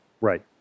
Right